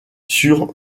sur